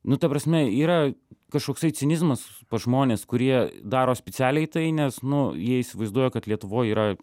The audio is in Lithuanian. nu ta prasme yra kažkoksai cinizmas pas žmones kurie daro spicialiai tai nes nu jie įsivaizduoja kad lietuvoj yra